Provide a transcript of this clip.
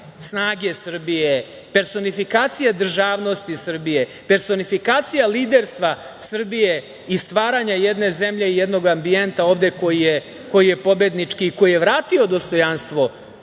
snage Srbije, personifikacija državnosti Srbije, personifikacija liderstva Srbije i stvaranja jedne zemlje i jednog ambijenta ovde koji je pobednički i koji je vratio dostojanstvo